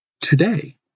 Today